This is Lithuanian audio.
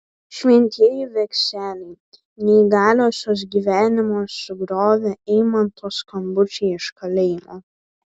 šventieji vekseliai neįgaliosios gyvenimą sugriovė eimanto skambučiai iš kalėjimo